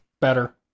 better